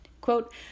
Quote